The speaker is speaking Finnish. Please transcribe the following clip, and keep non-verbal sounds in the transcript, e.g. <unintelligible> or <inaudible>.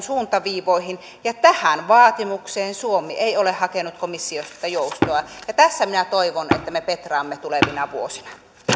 <unintelligible> suuntaviivoihin ja tähän vaatimukseen suomi ei ole hakenut komissiosta joustoa minä toivon että tässä me petraamme tulevina vuosina